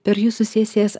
per jūsų sesijas